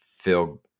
feel